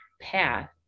path